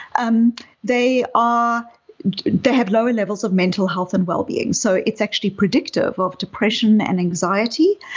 um they ah they have lower levels of mental health and well-being. so it's actually predictive of depression and anxiety.